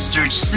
Search